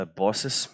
bosses